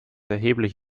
erheblich